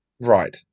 Right